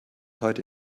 heute